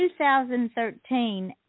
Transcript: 2013